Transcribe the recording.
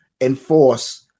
enforce